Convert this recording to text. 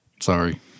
Sorry